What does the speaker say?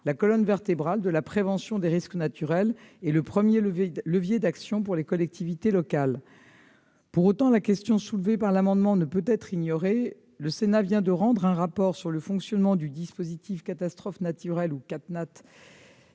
la colonne vertébrale de la prévention des risques naturels et le premier levier d'action pour les collectivités locales. Pour autant, la question soulevée par l'amendement ne peut être ignorée. Le Sénat vient de rendre un rapport sur le fonctionnement du dispositif de catastrophe naturelle et il